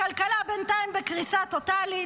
הכלכלה בינתיים בקריסה טוטלית,